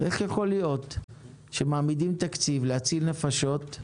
איך יכול להיות שמעמידים תקציב להציל נפשות,